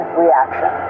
reaction